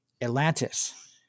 atlantis